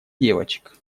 девочек